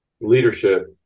leadership